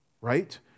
Right